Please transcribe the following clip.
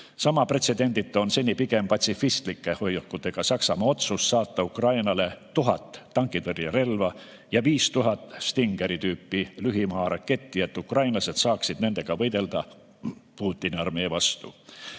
Sama pretsedenditu on seni pigem patsifistlike hoiakutega Saksamaa otsus saata Ukrainale 1000 tankitõrjerelva ja 5000 Stingeri tüüpi lühimaaraketti, et ukrainlased saaksid nendega võidelda Putini armee vastu.